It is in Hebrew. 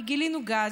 כי גילינו גז,